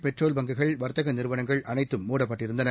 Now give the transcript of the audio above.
petrol பங்க்குகள் வர்த்தக நிறுவனங்கள் அனைத்தும் மூடப்பட்டிருந்தன